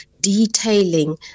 detailing